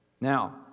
Now